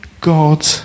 God